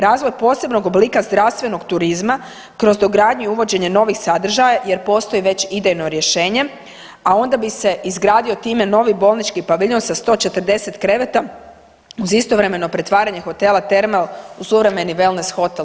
Razvoj posebnog oblika zdravstvenog turizma kroz dogradnju i uvođenje novih sadržaja jer postoji već idejno rješenje, a onda bi se izgradio time novi bolnički paviljon sa 140 kreveta uz istovremeno pretvaranje hotela Termal u suvremeni vellnes hotel.